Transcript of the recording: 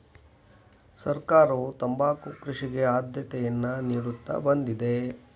ಸರ್ಕಾರವು ತಂಬಾಕು ಕೃಷಿಗೆ ಆದ್ಯತೆಯನ್ನಾ ನಿಡುತ್ತಾ ಬಂದಿದೆ